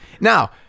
Now